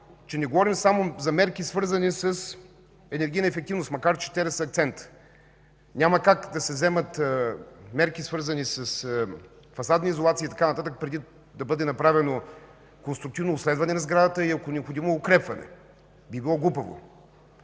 че не говорим само за мерки, свързани с енергийната ефективност, макар те да са акцент. Няма как да се вземат мерки, свързани с фасадна изолация и така нататък, преди да бъде направено конструктивно обследване на сградата и ако е необходимо – укрепване. Допълнително,